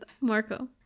Marco